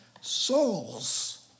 souls